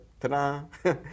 ta-da